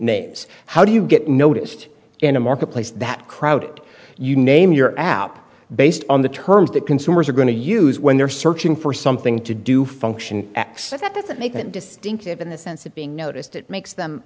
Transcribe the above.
names how do you get noticed in a marketplace that crowded you name your app based on the terms that consumers are going to use when they're searching for something to do function access that doesn't make it distinctive in the sense of being noticed it makes them